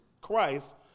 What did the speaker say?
Christ